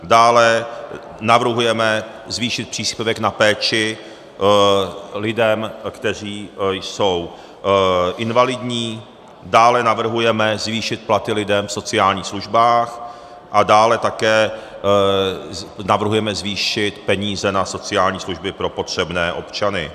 Dále navrhujeme zvýšit příspěvek na péči lidem, kteří jsou invalidní, dále navrhujeme zvýšit platy lidem v sociálních službách, a dále také navrhujeme zvýšit peníze na sociální služby pro potřebné občany.